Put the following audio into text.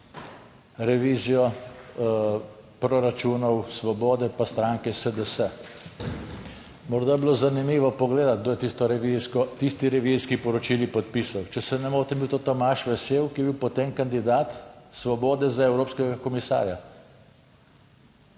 revizijo proračunov svobode, pa stranke SDS. Morda je bilo zanimivo pogledati kdo je tisto revizijsko, tisti revizijski poročili podpisal. Če se ne motim, je bil to Tomaž Vesel, ki je bil potem kandidat svobode za evropskega komisarja.